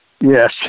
Yes